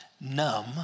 numb